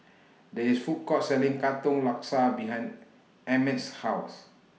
There IS A Food Court Selling Katong Laksa behind Emmet's House